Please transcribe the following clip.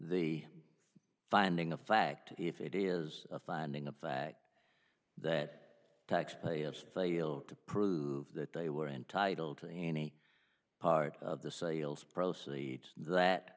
the finding of fact if it is a finding of fact that tax payers fail to prove that they were entitled to any part of the sales proceeds that